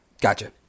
Gotcha